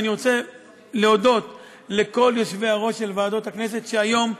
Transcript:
ואני רוצה להודות לכל יושבי-הראש של ועדות הכנסת שהיום,